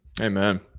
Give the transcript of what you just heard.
Amen